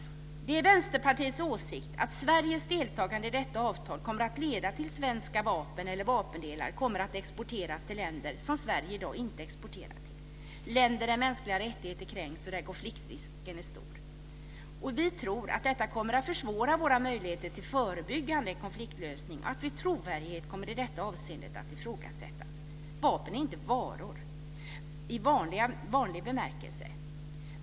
Det är Vänsterpartiets åsikt att Sveriges deltagande i detta avtal kommer att leda till att svenska vapen eller vapendelar kommer att exporteras till länder som Sverige i dag inte exporterar till. Det är länder där mänskliga rättigheter kränks och där konfliktrisken är stor. Vi tror att detta kommer att försvåra våra möjligheter till förebyggande konfliktlösning och att vår trovärdighet i detta avseende kommer att ifrågasättas. Vapen är inte varor i vanlig bemärkelse.